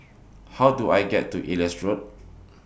How Do I get to Elias Road